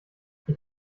ich